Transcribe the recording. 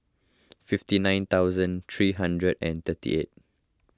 fifty nine thousand three hundred and thirty eight